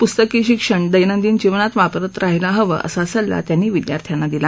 प्स्तकी शिक्षण दैनंदिन जीवनात वापरत राहायला हवं असा सल्ला त्यांनी विद्यार्थ्यांना दिला